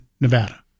Nevada